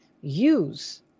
use